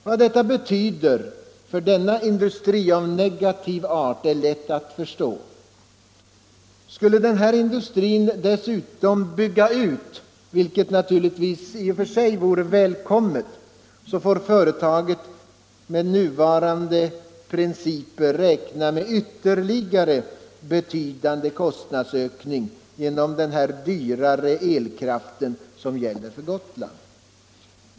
Vilken negativ betydelse det har för denna industri är lätt att förstå. Skulle cementindustrin byggas ut — vilket naturligtvis vore välkommet — får företaget med nuvarande principer räkna med en ytterligare betydande kostnadsökning genom den dyrare elkraft som nu gäller för Gotland.